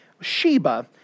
Sheba